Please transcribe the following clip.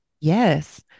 Yes